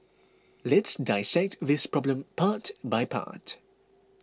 let's dissect this problem part by part